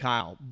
Kyle